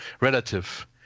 relative